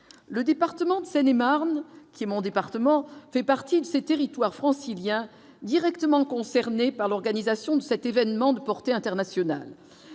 le département de Seine-et-Marne, qui est mon département fait partie de ces territoires franciliens directement concernés par l'organisation de cet événement de portée internationale,